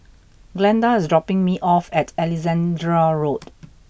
Glenda is dropping me off at Alexandra Road